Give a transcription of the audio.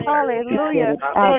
Hallelujah